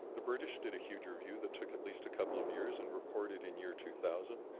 the british did a huge review that took at least a couple of years and reported in year two thousand.